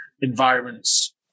environments